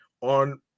on